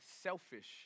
selfish